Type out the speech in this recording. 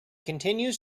continues